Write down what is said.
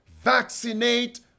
vaccinate